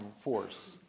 force